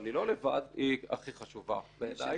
אבל היא לא לבד היא הכי חשובה בעיניי.